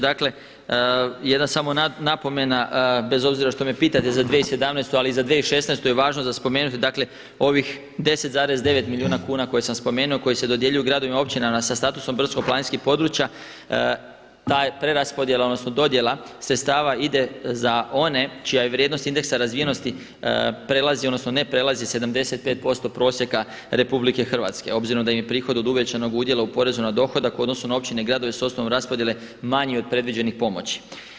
Dakle jedna samo napomena bez obzira što me pitate za 2017. ali i za 2016. je važno za spomenuti dakle ovih 10,9 milijuna kuna koje sam spomenuo koje se dodjeljuju gradovima i općinama sa statusom brdsko-planinskih područja ta je preraspodjela odnosno dodjela sredstva ide za one čija je vrijednost indeksa razvijenosti prelazi odnosno ne prelazi 75% prosjeka RH, obzirom da im je prihod od uvećanog udjela u porezu na dohodak u odnosu na općine i gradove s osnove raspodjele manji od predviđenih pomoći.